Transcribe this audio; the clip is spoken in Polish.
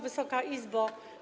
Wysoka Izbo!